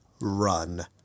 run